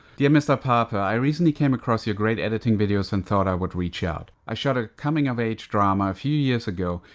dear mr. pape, i recently came across your great editing videos and thought i would reach out. i shot a coming of age drama a few years ago,